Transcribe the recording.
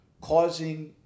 causing